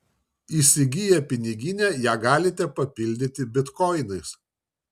įsigiję piniginę ją galite papildyti bitkoinais